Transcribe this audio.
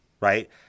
right